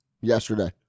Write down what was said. yesterday